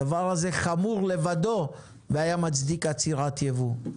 הדבר הזה חמור לבדו והיה מצדיק עצירת ייבוא.